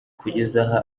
kugeza